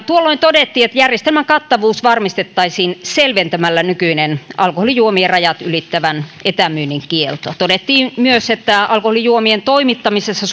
tuolloin todettiin että järjestelmän kattavuus varmistettaisiin selventämällä nykyinen alkoholijuomien rajat ylittävän etämyynnin kielto todettiin myös että alkoholijuomien toimittamisessa